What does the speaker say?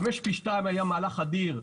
חמש פי שתיים היה מהלך אדיר,